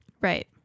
right